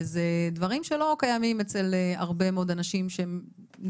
ואלה דברים שלא קיימים אצל הרבה מאוד אנשים שנמצאים